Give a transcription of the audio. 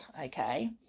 okay